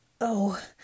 Oh